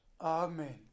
Amen